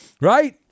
right